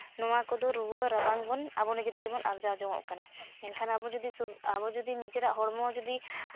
ᱱᱚᱣᱟ ᱠᱚᱫᱚ ᱨᱩᱣᱟᱹ ᱨᱟᱵᱟᱝ ᱵᱚᱱ ᱟᱵᱚ ᱱᱤᱡᱮ ᱛᱮᱜᱮ ᱵᱚᱱ ᱟᱨᱡᱟᱣ ᱡᱚᱝᱼᱚᱜ ᱠᱟᱱᱟ ᱮᱱᱠᱷᱟᱱ ᱟᱵᱚ ᱡᱩᱫᱤ ᱟᱵᱚ ᱡᱩᱫᱤ ᱱᱤᱡᱮᱨᱟᱜ ᱦᱚᱲᱢᱚ ᱡᱩᱫᱤ